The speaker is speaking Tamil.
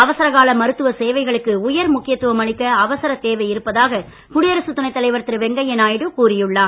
அவசர கால மருத்துவ சேவைகளுக்கு உயர் முக்கியத்துவம் அளிக்க அவசரத் தேவை இருப்பதாக குடியரசுத் துணைத் தலைவர் திரு வெங்கையா நாயுடு கூறியுள்ளார்